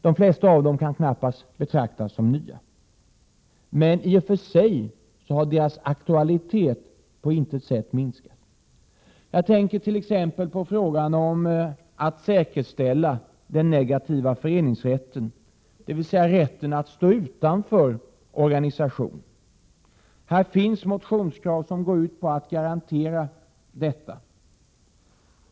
De flesta av dem kan knappast betraktas som nya, men i och för sig har deras aktualitet på intet sätt minskat. Jag tänker t.ex. på frågan om att säkerställa den negativa föreningsrätten, dvs. rätten att stå utanför organisation. Här finns motionskrav som går ut på att garantera detta.